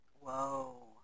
Whoa